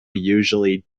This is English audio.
usually